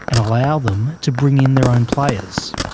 and allow them to bring in their own players.